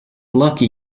lucky